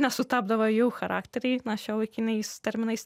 nesutapdavo jų charakteriai na šiuolaikiniais terminais